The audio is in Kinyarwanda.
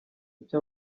kuki